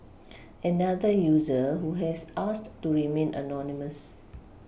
another user who has asked to remain anonymous